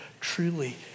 truly